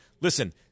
Listen